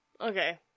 Okay